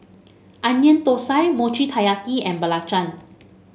Onion Thosai Mochi Taiyaki and belacan